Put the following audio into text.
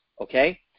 okay